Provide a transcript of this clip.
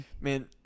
Man